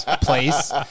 place